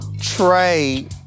trey